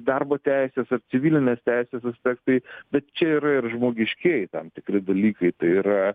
darbo teisės ir civilinės teisės aspektai bet čia yra ir žmogiškieji tam tikri dalykai tai yra